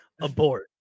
Abort